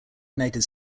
united